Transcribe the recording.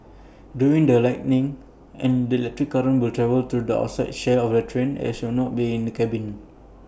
during the lightning and electric will travel through the outside shell of the train and should not being the cabin